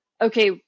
okay